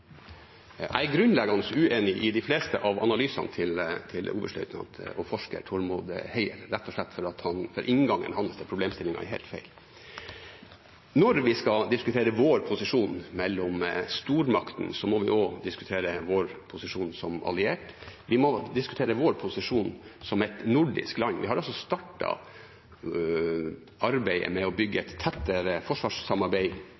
forsker Tormod Heier, rett og slett fordi inngangen hans til problemstillingen er helt feil. Når vi skal diskutere vår posisjon mellom stormaktene, må vi også diskutere vår posisjon som allierte. Vi må diskutere vår posisjon som et nordisk land. Vi har altså startet arbeidet med å bygge